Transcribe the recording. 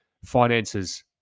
finances